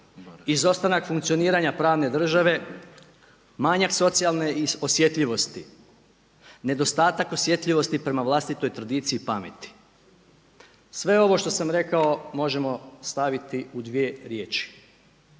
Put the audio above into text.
izostanak funkcioniranja pravne države, manjak socijalne osjetljivosti, nedostatak osjetljivosti prema vlastitoj tradiciji i pameti. Sve ovo što sam rekao možemo staviti u dvije riječi